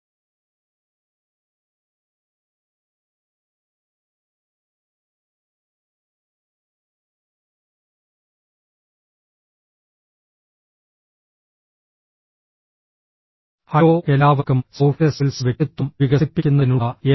hello എല്ലാവർക്കും soft skills വ്യക്തിത്വം വികസിപ്പിക്കുന്നതിനുള്ള എൻ